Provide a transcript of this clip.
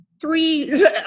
three